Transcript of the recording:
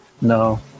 No